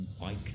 bike